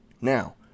Now